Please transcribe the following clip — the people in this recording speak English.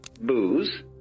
booze